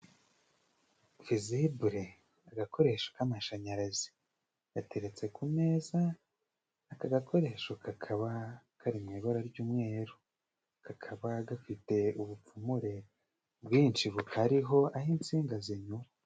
Fizibure agakoresho k'amashanyarazi gateretse ku meza aka gakoresho kakaba kari mu ibara ry'umweru kakaba gafite ubupfumure bwinshi bukariho aho insinga zinyura.